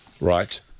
Right